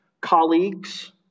colleagues